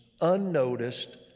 unnoticed